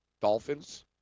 dolphins